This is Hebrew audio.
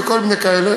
וכל מיני כאלה.